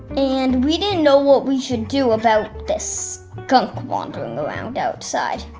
and we didn't know what we should do about this skunk wandering around outside.